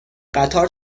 قطار